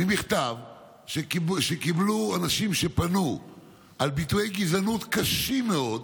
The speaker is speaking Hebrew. ממכתב שקיבלו אנשים שפנו על ביטויי גזענות קשים מאוד.